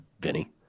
Vinny